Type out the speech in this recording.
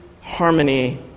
harmony